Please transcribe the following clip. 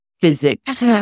physics